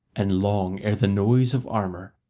and long ere the noise of armour,